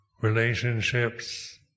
relationships